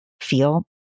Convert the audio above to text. feel